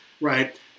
Right